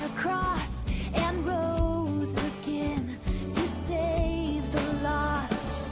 cross and rose so again to save the lost.